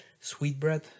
sweetbread